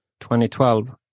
2012